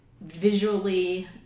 visually